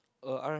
uh